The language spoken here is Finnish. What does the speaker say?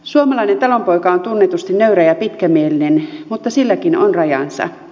suomalainen talonpoika on tunnetusti nöyrä ja pitkämielinen mutta silläkin on rajansa